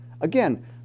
again